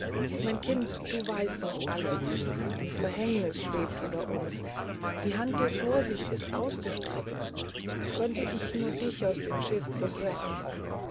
mein kind du weißt nicht alles ein verhängniß schwebt über uns die hand der vorsicht ist ausgestreckt könnt ich nur dich aus dem schiffbruch retten